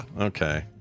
Okay